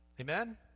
Amen